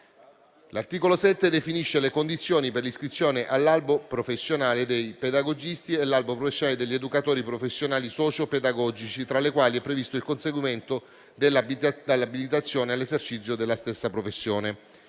L'articolo 7 definisce le condizioni per l'iscrizione all'albo professionale dei pedagogisti e all'albo professionale degli educatori professionali socio-pedagogici, tra le quali è previsto il conseguimento dell'abilitazione all'esercizio della stessa professione.